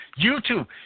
YouTube